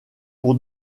pour